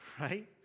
Right